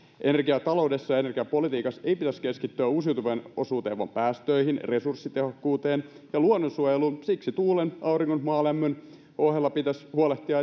energiataloudessa ja energiapolitiikassa ei pitäisi keskittyä uusiutuvien osuuteen vaan päästöihin resurssitehokkuuteen ja luonnonsuojeluun siksi tuulen auringon maalämmön ohella pitäisi huolehtia